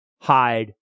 hide